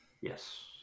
Yes